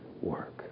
work